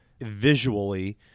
visually